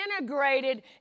integrated